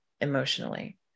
emotionally